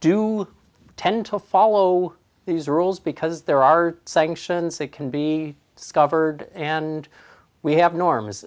do tend to follow these rules because there are sanctions that can be discovered and we have norm